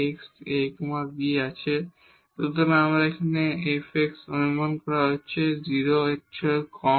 Δ f h fx a bk fy a b12h2fxx2 hk fxyk2fkk a b সুতরাং এখানে এই fx অনুমান করা হচ্ছে 0 এর কম